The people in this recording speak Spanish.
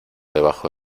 debajo